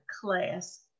class